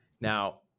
Now